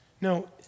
No